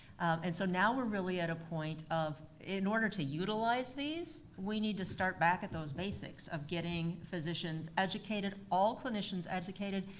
and so now we're really at a point of, in order to utilize these, we need to start back at those basics of getting physicians educated, all clinicians educated,